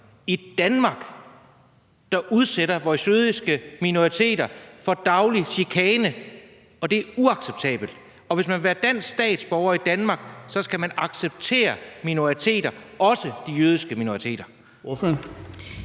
i Danmark, der udsætter vores jødiske minoritet for daglig chikane, og det er uacceptabelt. Hvis man vil være dansk statsborger i Danmark, skal man acceptere minoriteter, også den jødiske minoritet.